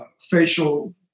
Facial